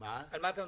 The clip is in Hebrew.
כן.